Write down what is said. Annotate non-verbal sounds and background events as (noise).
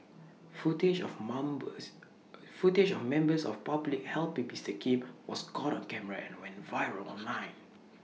footage of (unintelligible) footage of members of public help (unintelligible) Kim was caught on camera and went viral online